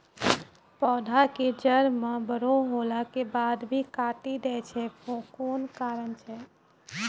पौधा के जड़ म बड़ो होला के बाद भी काटी दै छै कोन कारण छै?